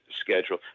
schedule